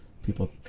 People